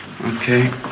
Okay